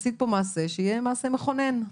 עשית פה מעשה שיהיה מעשה מכונן.